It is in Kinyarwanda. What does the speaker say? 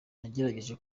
nagerageje